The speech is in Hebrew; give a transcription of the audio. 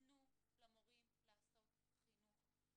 תנו למורים לעשות חינוך,